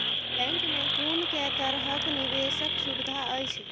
Bank मे कुन केँ तरहक निवेश कऽ सुविधा अछि?